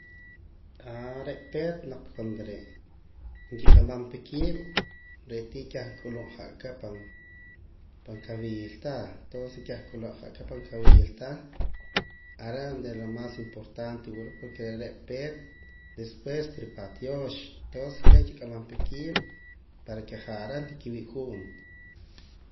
re' peet naak cuando re' nkiq'amaampa qiib' re' tii kah k'ulumja qa pan kawiilta entonce kah k'ulumju qa pan kawiilta are' donde lo más importante wila porque re' re' peet despues pan rupaat tiyoox entonces keh kiq'amaampa qiib' para que ja' re' nikiwii' junto.